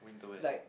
like